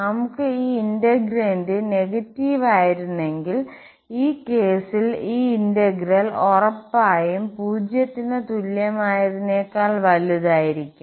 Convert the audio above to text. നമുക് ഈ integrand negative ആയിരുന്നെങ്കിൽ ഈ കേസിൽ ഈ ഇന്റഗ്രൽ ഉറപ്പായും 0 ന് തുല്യമായതിനേക്കാൾ വലുതായിരിക്കും